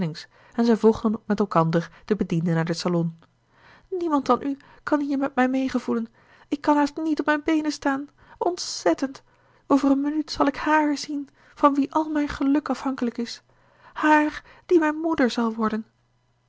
en zij volgden met elkander den bediende naar den salon niemand dan u kan hier met mij meegevoelen ik kan haast niet op mijn beenen staan ontzettend over een minuut zal ik hààr zien van wie al mijn geluk afhankelijk is hààr die mijn moeder zal worden